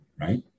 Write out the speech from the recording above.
Right